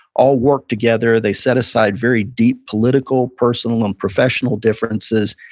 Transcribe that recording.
all worked together. they set aside very deep political, personal, and professional differences,